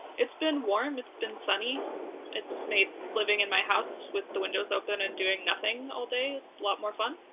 it's been warm, it's been sunny. sarah it's made living in my house with the windows open and doing nothing all day a lot more fun!